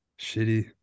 shitty